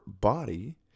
body